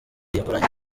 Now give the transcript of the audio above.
yakoranye